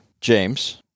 James